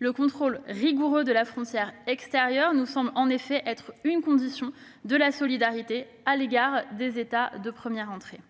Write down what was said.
Le contrôle rigoureux de la frontière extérieure nous semble en effet être l'une des conditions de la solidarité à l'égard des États « de première entrée